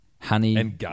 honey